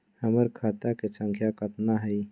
हमर खाता के सांख्या कतना हई?